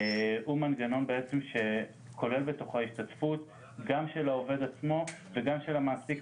הוא מנגנון שכולל בתוכו השתתפות גם של העובד עצמו וגם של המעסיק,